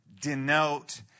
denote